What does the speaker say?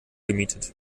gemietet